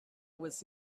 was